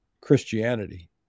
Christianity